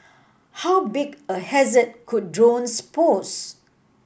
how big a hazard could drones pose